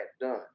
done